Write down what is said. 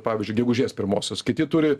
pavyzdžiui gegužės pirmosios kiti turi